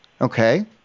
Okay